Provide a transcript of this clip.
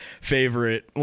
favorite